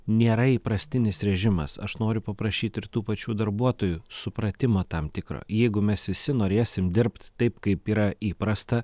nėra įprastinis režimas aš noriu paprašyt ir tų pačių darbuotojų supratimo tam tikro jeigu mes visi norėsim dirbt taip kaip yra įprasta